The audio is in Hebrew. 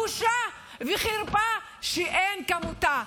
בושה וחרפה שאין כמותה.